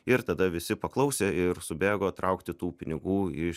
ir tada visi paklausė ir subėgo traukti tų pinigų iš